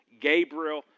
Gabriel